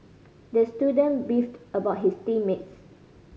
the student beefed about his team mates